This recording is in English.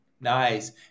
Nice